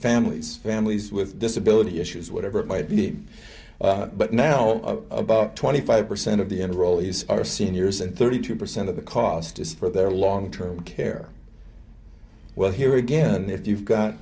families families with disability issues whatever it might be but now about twenty five percent of the enrollees are seniors and thirty two percent of the cost is for their long term care well here again if you've got